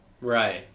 Right